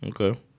Okay